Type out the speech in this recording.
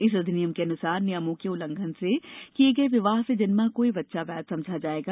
इस अधिनियम के अनुसार नियमों के उल्लंघन से किये गये विवाह से जन्मा कोई बच्चा वैध समझा जाएगा